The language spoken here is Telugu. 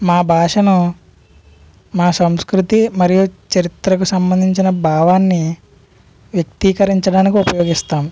మా భాషను మా సంస్కృతి మరియు చరిత్రకు సంబంధించిన భావాన్ని వ్యక్తీకరించడానికి ఉపయోగిస్తాము